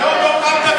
היום לא קמת בכלל.